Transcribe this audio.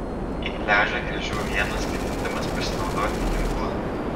į pliažą grįžau vienas ketindamas pasinaudoti ginklu